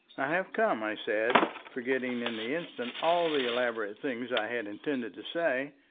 i have come, i said forgetting in the instant all the elaborate things i had intended to say.